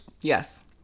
Yes